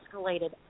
escalated